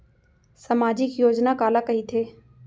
सामाजिक योजना काला कहिथे?